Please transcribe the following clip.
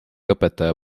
õpetaja